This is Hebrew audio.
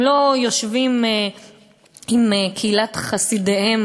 הם לא יושבים עם קהילת חסידיהם